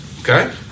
Okay